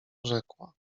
rzekła